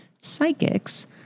psychics